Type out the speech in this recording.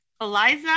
Eliza